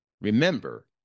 Remember